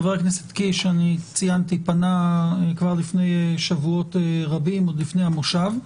חבר הכנסת קיש פנה עוד לפני תחילת המושב.